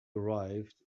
arrived